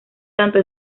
tanto